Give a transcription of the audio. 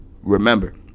remember